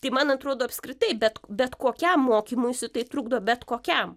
tai man atrodo apskritai bet bet kokiam mokymuisi tai trukdo bet kokiam